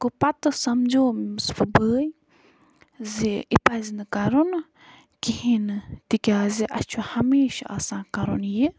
گوٚو پتہٕ سَمجٲوٕس بہٕ بٲے زِ یہِ پَزِ نہٕ کَرُن کِہیٖنۍ نہٕ تِکیٛازِ اَسہِ چھُ ہمیشہ آسان کَرُن یہِ